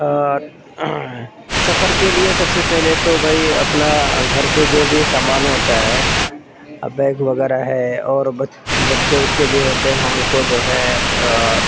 ہاں سفر کے لیے سب سے پہلے تو بھئی اپنا گھر سے جو بھی سامان ہوتا ہے بیگ وغیرہ ہے اور بچ بچے وچے بھی ہوتے ہیں ان کو جو ہے